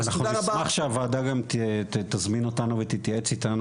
אז אנחנו נשמח שהוועדה גם תזמין אותנו ותתייעץ איתנו